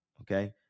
Okay